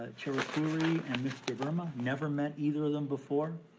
cherukuri and mr. verma. never met either of them before.